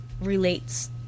relates